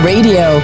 Radio